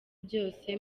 byose